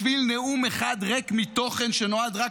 בשביל נאום אחד ריק מתוכן שנועד רק